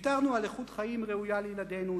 ויתרנו על איכות חיים ראויה לילדינו.